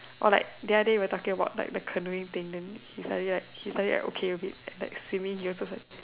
or like the other day we were talking about like the canoeing thing then he suddenly like he suddenly like okay a bit like swimming he also say